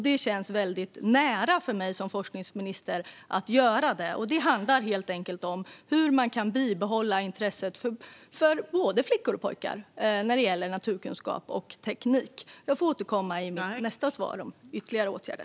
Det känns nära för mig som forskningsminister att göra det, och det handlar helt enkelt om hur man kan bibehålla både flickors och pojkars intresse för naturkunskap och teknik. Jag får återkomma i nästa svar om ytterligare åtgärder.